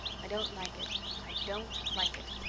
i don't like it i don't like it.